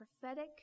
prophetic